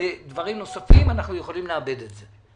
לדברים נוספים, אנחנו יכולים לאבד את זה.